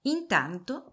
Intanto